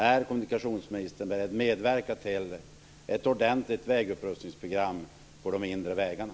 Är kommunikationsministern beredd att medverka till ett ordentligt vägupprustningsprogram på de mindre vägarna?